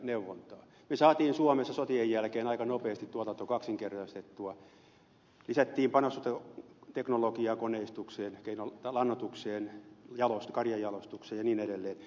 me saimme suomessa sotien jälkeen aika nopeasti tuotannon kaksinkertaistettua lisättiin panostusta teknologiaan ja koneistukseen lannoitukseen karjanjalostukseen ja niin edelleen